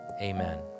amen